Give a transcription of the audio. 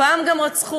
פעם גם רצחו.